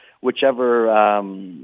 whichever